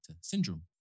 syndrome